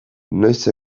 noiz